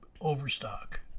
overstock